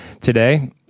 today